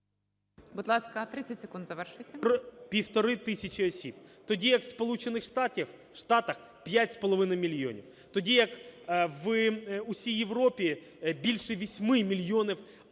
Будь ласка, 30 секунд, завершуйте.